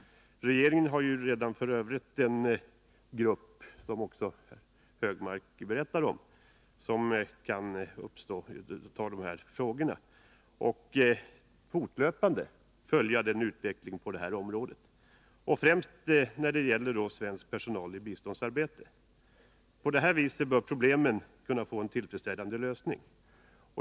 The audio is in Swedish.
Regeringen har f.ö. redan en arbetsgrupp, vilket Anders Högmark berättade om, som fortlöpande följer utvecklingen på detta område, främst när det gäller svensk personal i biståndsarbete. På det här viset bör problemen kunna få en tillfredsställande lösning.